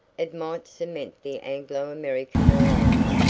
it might cement the anglo-american alliance,